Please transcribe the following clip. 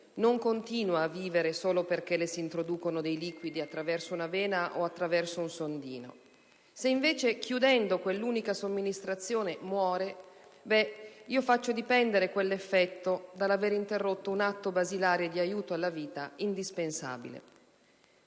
non continua a vivere solo perché le si introducono dei liquidi attraverso una vena o un sondino; se invece chiudendo quell'unica somministrazione muore, io faccio dipendere quell'effetto dall'avere interrotto un atto basilare di aiuto alla vita indispensabile.